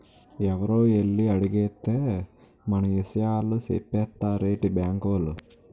ఎవరో ఎల్లి అడిగేత్తే మన ఇసయాలు సెప్పేత్తారేటి బాంకోలు?